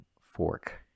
fork